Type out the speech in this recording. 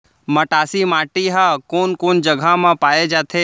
मटासी माटी हा कोन कोन जगह मा पाये जाथे?